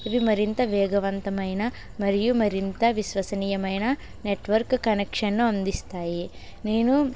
ఇది మరింత వేగవంతమైన మరియు మరింత విశ్వసనీయమైన నెట్వర్క్ కనెక్షన్ ను అందిస్తాయి నేను